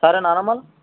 సరేనా అన్న మళ్ళా